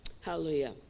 Hallelujah